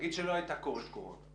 נגיד שלא הייתה קורית הקורונה,